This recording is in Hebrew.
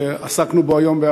שעסקנו בו היום,